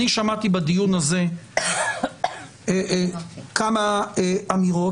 אני שמעתי בדיון הזה כמה אמירות,